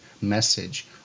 message